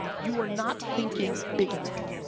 you are not thinking big enough,